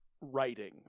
writing